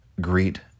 greet